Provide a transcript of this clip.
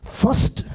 first